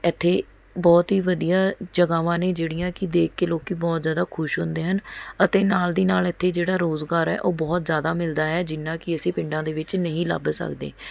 ਇੱਥੇ ਬਹੁਤ ਹੀ ਵਧੀਆ ਜਗ੍ਹਾਵਾਂ ਨੇ ਜਿਹੜੀਆਂ ਕਿ ਦੇਖ ਕੇ ਲੋਕ ਬਹੁਤ ਜ਼ਿਆਦਾ ਖੁਸ਼ ਹੁੰਦੇ ਹਨ ਅਤੇ ਨਾਲ਼ ਦੀ ਨਾਲ਼ ਇੱਥੇ ਜਿਹੜਾ ਰੁਜ਼ਗਾਰ ਹੈ ਉਹ ਬਹੁਤ ਜ਼ਿਆਦਾ ਮਿਲਦਾ ਹੈ ਜਿੰਨਾ ਕਿ ਅਸੀਂ ਪਿੰਡਾਂ ਦੇ ਵਿੱਚ ਨਹੀਂ ਲੱਭ ਸਕਦੇ